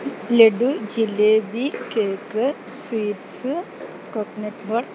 laddu jalebi cake sweets coconut ball